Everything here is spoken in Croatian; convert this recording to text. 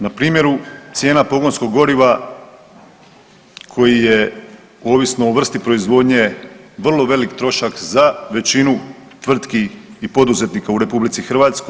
Na primjeru cijena pogonskog goriva koji je ovisno o vrsti proizvodnje, vrlo velik trošak za većinu tvrtki i poduzetnika u RH.